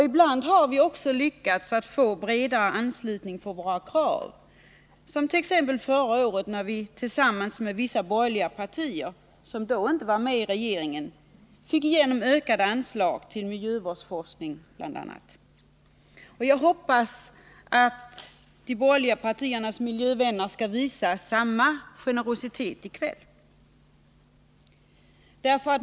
Ibland har vi också lyckats få en bred anslutning till våra krav — som t.ex. förra året när vi tillsammans med vissa borgerliga partier, som då inte var med i regeringen, fick igenom ökade anslag till bl.a. miljövårdsforskning. Jag hoppas att de borgerliga partiernas miljövänner skall visa samma generositet i kväll.